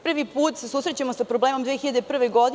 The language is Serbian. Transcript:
Prvi put se susrećemo sa problemom 2001. godine.